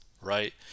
right